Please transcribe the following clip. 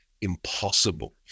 impossible